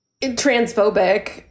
transphobic